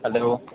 hello